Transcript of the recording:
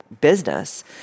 business